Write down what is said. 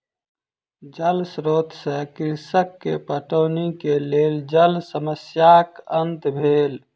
जल स्रोत से कृषक के पटौनी के लेल जल समस्याक अंत भेल